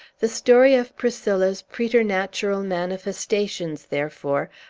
the story of priscilla's preternatural manifestations, therefore,